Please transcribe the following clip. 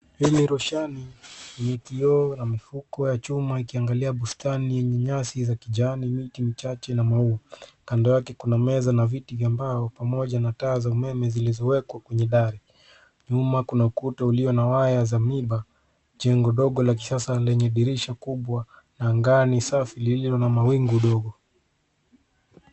Hili roshani ni kioo ya mifuko ya chuma ikiangalia bustani yenye nyasi za kijani, miti michache. Kando yake kuna meza na viti vya mbao pamoja na taa za umeme zilizowekwa kwenye dari. Nyuma kuna ukuta ulio na waya za miba chenye dogo la kisasa lenye dirisha kubwa na anga ni safi lililo na wingu dogo.